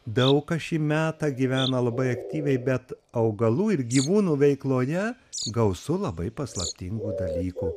daug kas šį metą gyvena labai aktyviai bet augalų ir gyvūnų veikloje gausu labai paslaptingų dalykų